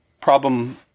problem